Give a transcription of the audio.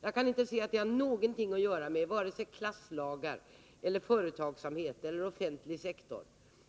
Jag kan inte se att det har något att göra med vare sig klasslagar, företagsamhet eller offentlig sektor.